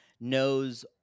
knows